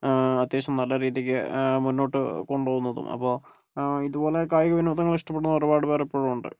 അത്യാവശ്യം നല്ല രീതിക്ക് മുന്നോട്ട് കൊണ്ടുപോകുന്നതും അപ്പോൾ ഇതുപോലെ കായിക വിനോദങ്ങൾ ഇഷ്ടപ്പെടുന്ന ഒരുപാട് പേർ ഇപ്പോഴും ഉണ്ട്